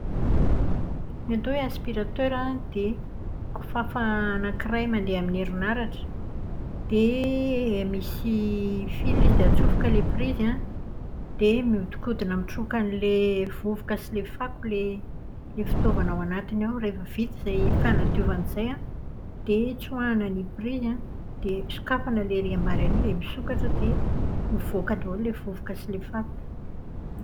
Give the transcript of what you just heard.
Ny atao hoe aspiratera dia kofafa anakiray mandeha amin'ny herinaratra. Dia misy fil izy dia atsofoka ilay prizy an, dia miodinkodina mitroka an'ilay vovoka sy ilay fako ilay fitaovana ao anatiny ao. Rehefa vita izay fanadiovana izay an, dia tsoahana ny prizy an, dia sokafana ny ery ambany ery dia misokatra dia mivoaka daholo ilay vovoka sy ilay fako.